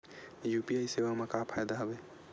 UPI सेवा मा का फ़ायदा हवे?